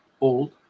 old